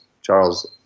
Charles